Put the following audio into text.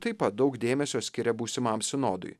taip pat daug dėmesio skiria būsimam sinodui